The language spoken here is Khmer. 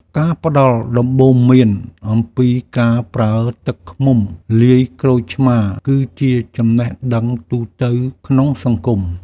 ការផ្តល់ដំបូន្មានអំពីការប្រើទឹកឃ្មុំលាយក្រូចឆ្មារ គឺជាចំណេះដឹងទូទៅក្នុងសង្គម។